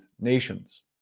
nations